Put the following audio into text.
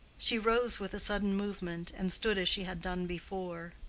she rose with a sudden movement, and stood as she had done before.